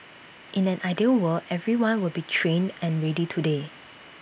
in an ideal world everyone will be trained and ready today